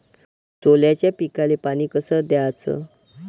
सोल्याच्या पिकाले पानी कस द्याचं?